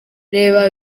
reba